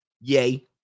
Yay